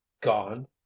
Gone